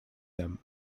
them